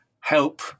help